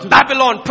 Babylon